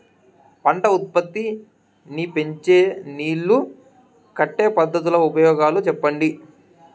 పంట ఉత్పత్తి నీ పెంచే నీళ్లు కట్టే పద్ధతుల ఉపయోగాలు చెప్పండి?